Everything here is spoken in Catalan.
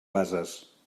bases